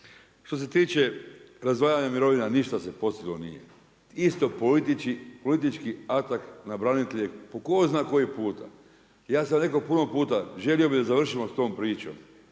Što se tiče razdvajanja mirovina ništa se posebno nije, isto politički atackt na branitelje po tko zna koji puta. Ja sam rekao puno puta, želio bih da završimo sa tom pričom,